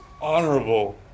honorable